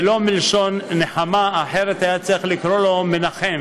ולא מלשון נחמה, אחרת היה צריך לקרוא לו מנחם.